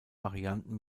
varianten